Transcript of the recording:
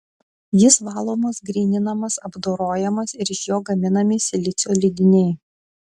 jis valomas gryninamas apdorojamas ir iš jo gaminami silicio lydiniai